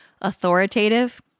authoritative